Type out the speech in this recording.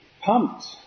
pumped